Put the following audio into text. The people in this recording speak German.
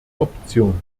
option